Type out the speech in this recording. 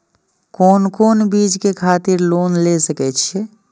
कोन कोन चीज के खातिर लोन ले सके छिए?